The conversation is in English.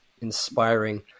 inspiring